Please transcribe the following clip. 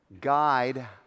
guide